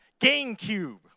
GameCube